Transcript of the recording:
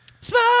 Smoke